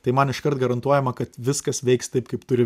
tai man iškart garantuojama kad viskas veiks taip kaip turi